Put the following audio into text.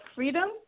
Freedom